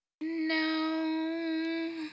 No